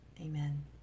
Amen